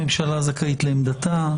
הממשלה זכאית לעמדתה,